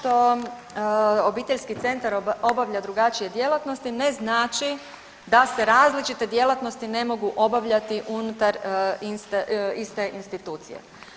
to što obiteljski centar obavlja drugačije djelatnosti ne znači da se različite djelatnosti ne mogu obavljati unutar iste institucije.